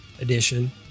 edition